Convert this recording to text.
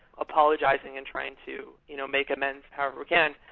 apologize and and trying to you know make amends however we can.